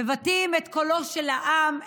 מבטאים את קולו של העם,